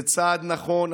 זה צעד נכון.